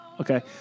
okay